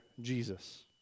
Jesus